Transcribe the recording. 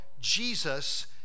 Jesus